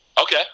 Okay